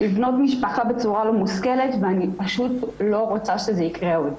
לבנות משפחה בצורה לא מושכלת ואני פשוט לא רוצה שזה יקרה עוד.